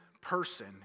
person